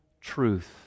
truth